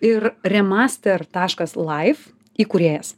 ir remaster taškas laif įkūrėjas